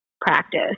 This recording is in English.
practice